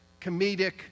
comedic